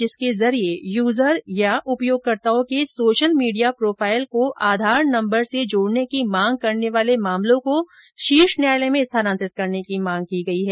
जिसके जरिए यूजर या उपयोगकर्ताओं के सोशल मीडिया प्रोफाइल को आधार नंबर से जोड़ने की मांग करने वाले मामलों को शीर्ष न्यायालय में स्थानांतरित करने की मांग की गई है